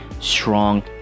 strong